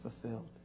fulfilled